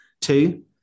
Two